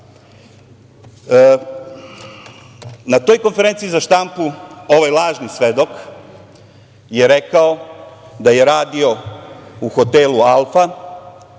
toj konferenciji za štampu, ovaj lažni svedok je rekao da radio u hotelu „Alfa“,